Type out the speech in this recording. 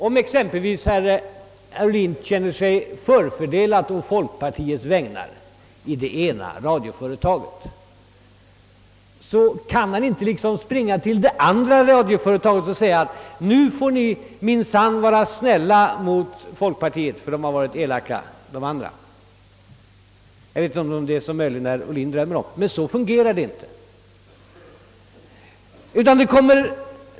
Om exempelvis herr Ohlin känner sig förfördelad å folkpartiets vägnar av det ena radioföretaget, kan han inte vända sig till det andra bolaget och be om hjälp. Jag vet inte, om det är något sådant som föresvävar herr Ohlin, men så fungerar det i varje fall inte.